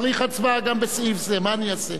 צריך הצבעה גם בסעיף זה, מה אני אעשה?